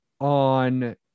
on